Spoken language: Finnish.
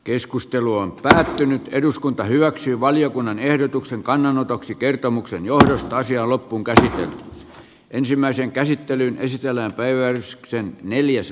keskustelu on päättynyt eduskunta hyväksyy valiokunnan ehdotuksen kannanotoksi kertomuksen johdosta asian loppuunkäsitellään ensimmäisen käsittelyn esitellään päiväys ja kiitos